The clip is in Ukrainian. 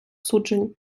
суджень